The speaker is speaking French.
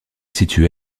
située